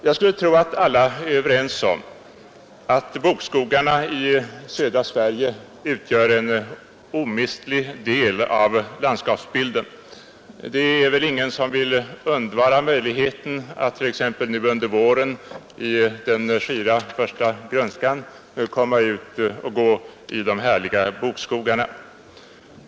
Jag skulle tro att alla är överens om att bokskogarna i södra Sverige utgör en omistlig del av landskapsbilden. Det är väl ingen som vill undvara möjligheten att t.ex. nu under våren i den skira första grönskan komma ut i de härliga bokskogarna.